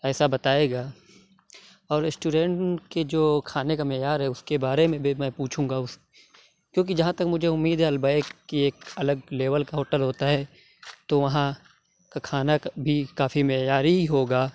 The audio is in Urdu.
ایسا بتائے گا اور ریسٹورینٹ کے جو کھانے کا معیار ہے اس کے بارے میں بھی میں پوچھوں گا اس کیوں کہ جہاں تک مجھے امید ہے البیک کی ایک الگ لیول كا ہوٹل ہوتا ہے تو وہاں کا کھانا بھی کافی معیاری ہی ہوگا